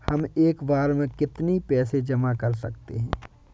हम एक बार में कितनी पैसे जमा कर सकते हैं?